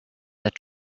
that